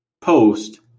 post